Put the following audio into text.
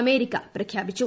America പ്രഖ്യാപിച്ചു